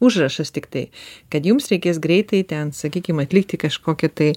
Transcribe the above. užrašas tiktai kad jums reikės greitai ten sakykim atlikti kažkokį tai